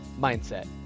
Mindset